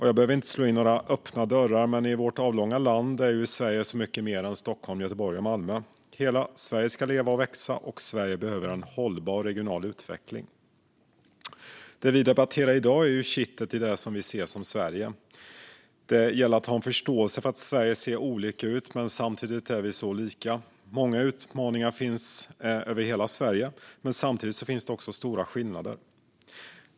Jag behöver inte slå in några öppna dörrar, men vårt avlånga land Sverige är så mycket mer än Stockholm, Göteborg och Malmö. Hela Sverige ska leva och växa, och Sverige behöver en hållbar regional utveckling. Det vi debatterar i dag är kittet i det som vi ser som Sverige. Det gäller att ha en förståelse för att Sverige ser olika ut men att vi samtidigt är lika. Många utmaningar återfinns över hela Sverige, men samtidigt finns det också stora skillnader.